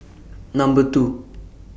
Number two